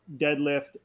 deadlift